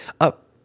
up